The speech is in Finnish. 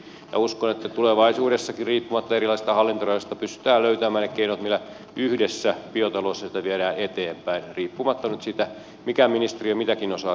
uskon että tulevaisuudessakin riippumatta erilaisista hallintorajoista pystytään löytämään ne keinot millä yhdessä biotalousasioita viedään eteenpäin riippumatta nyt siitä mikä ministeriö mitäkin osaa siitä tontista hoitaa